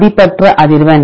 மதிப்பற்ற அதிர்வெண்